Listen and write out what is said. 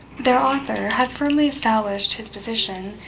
their author had firmly established his position,